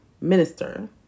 minister